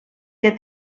que